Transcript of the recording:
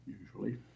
Usually